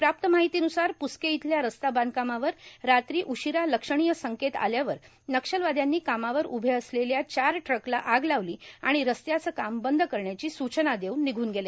प्राप्त माहितीन्रसार पुस्के इथल्या रस्ता बांधकामावर रात्री उशिरा लक्षणिय संकेत आल्यावर नक्षलवाद्यांनी कामावर उभे असलेल्या चार ट्रक्टरला आग लावली आणि रस्त्याचं काम बंद करण्याची सूचना देऊन निघून गेले